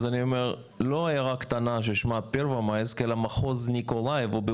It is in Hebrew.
אז אני אומר לא עיירה קטנה ששמה --- אלא מחוז מיקולאייב.